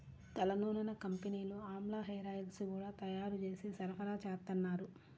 తలనూనెల కంపెనీలు ఆమ్లా హేరాయిల్స్ గూడా తయ్యారు జేసి సరఫరాచేత్తన్నారు